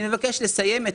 אני מבקש לסיים.